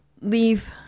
leave